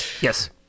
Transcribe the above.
Yes